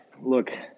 look